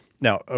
Now